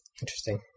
Interesting